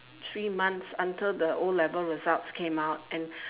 three months until the o-level results came out and